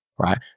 Right